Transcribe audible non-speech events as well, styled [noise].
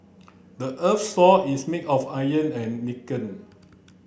the earth's sore is made of iron and [unintelligible]